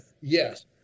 yes